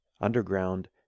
underground